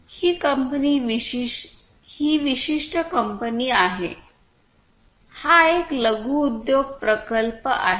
ही विशिष्ट कंपनी आहे हा एक लघुउद्योग प्रकल्प आहे